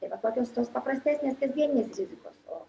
tai va tokios tos paprastesnės kasdienės rizikos o